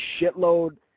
shitload